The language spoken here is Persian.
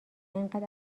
انقد